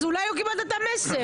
אז אולי לא קיבלת את המסר.